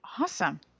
Awesome